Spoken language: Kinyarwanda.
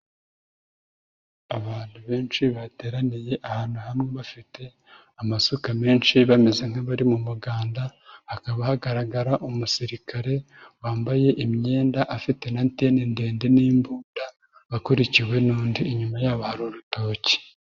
Abantu benshi bateraniye ahantu hamwe bafite amasuka menshi bameze nk'abari mu muganda, hakaba hagaragara umusirikare wambaye imyenda afite n'anteni ndende n'imbunda akurikiwe n'undi. Inyuma yabo hari urutoki.